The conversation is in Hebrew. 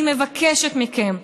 אני מבקשת מכם,